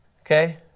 okay